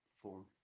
form